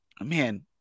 man